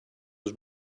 was